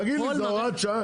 תגיד לי זה הוראת שעה?